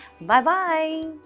Bye-bye